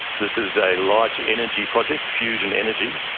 this is a large energy project, fusion energy.